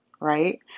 right